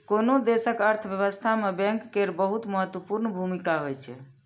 कोनो देशक अर्थव्यवस्था मे बैंक केर बहुत महत्वपूर्ण भूमिका होइ छै